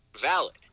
valid